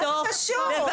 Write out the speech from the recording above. מה קשור?